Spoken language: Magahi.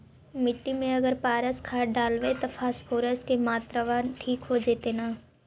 मिट्टी में अगर पारस खाद डालबै त फास्फोरस के माऋआ ठिक हो जितै न?